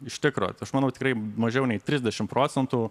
iš tikro aš manau tikrai mažiau nei trisdešimt procentų